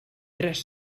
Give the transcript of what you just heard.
tres